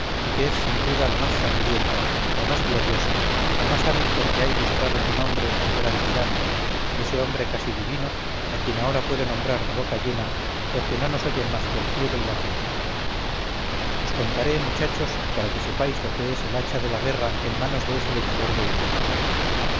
y que es sin duda la más sangrienta la más gloriosa la más hábil con que ha ilustrado su nombre el gran tirano ese hombre casi divino a quien ahora puedo nombrar a boca llena porque no nos oyen más que el cielo y la tierra os contaré muchachos para que sepáis lo que es el hacha de la guerra en manos de ese leñador de europa